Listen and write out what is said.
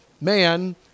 man